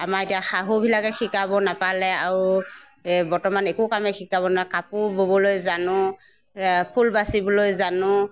আমাৰ এতিয়া শাহুবিলাকে শিকাব নাপালে আৰু বৰ্তমান একো কামে শিকাব নাপালে কাপোৰ ববলৈ জানো ফুল বাছিবলৈ জানো